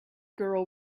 girl